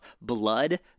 blood